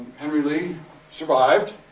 henry lee survived.